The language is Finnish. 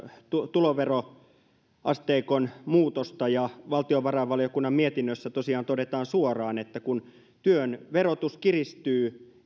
tuloveroasteikon muutosta ja kun valtiovarainvaliokunnan mietinnössä tosiaan todetaan suoraan että kun työn verotus kiristyy